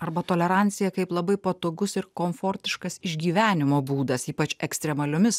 arba tolerancija kaip labai patogus ir komfortiškas išgyvenimo būdas ypač ekstremaliomis